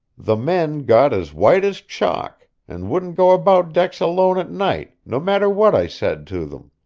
the men got as white as chalk, and wouldn't go about decks alone at night, no matter what i said to them.